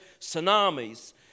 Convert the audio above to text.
tsunamis